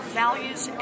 values